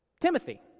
Timothy